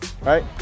right